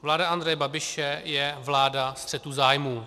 Vláda Andreje Babiše je vláda střetu zájmů.